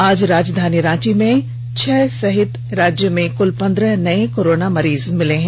आज राजधानी रांची में छह सहित राज्य में कृल पंद्रह नए कोरोना मरीज मिले हैं